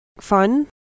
fun